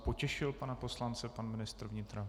Potěšil pana poslance pan ministr vnitra?